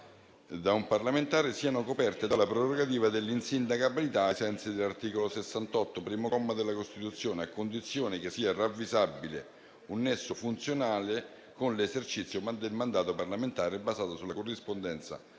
da un parlamentare siano coperte dalla prerogativa dell'insindacabilità ai sensi dell'articolo 68, primo comma, della Costituzione, a condizione che sia ravvisabile un nesso funzionale con l'esercizio del mandato parlamentare basato sulla corrispondenza